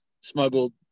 smuggled